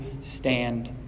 stand